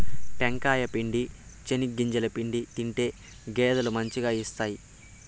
టెంకాయ పిండి, చెనిగింజల పిండి తింటే గేదెలు మంచిగా ఇస్తాయి